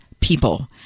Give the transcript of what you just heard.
people